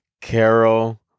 Carol